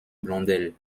blondel